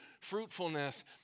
fruitfulness